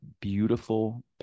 beautiful